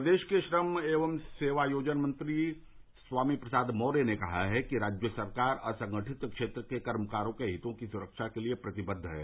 प्रदेश के श्रम एवं सेवायोजन मंत्री स्वामी प्रसाद मौर्य ने कहा है कि राज्य सरकार असंगठित क्षेत्र के कर्मकारों के हितों की सुरक्षा के लिए प्रतिबद्द है